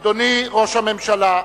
אדוני ראש הממשלה,